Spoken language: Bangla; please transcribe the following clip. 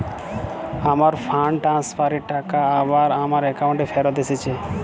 আমার ফান্ড ট্রান্সফার এর টাকা আবার আমার একাউন্টে ফেরত এসেছে